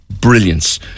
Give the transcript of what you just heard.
brilliance